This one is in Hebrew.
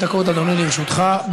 חמש דקות, אדוני, לרשותך.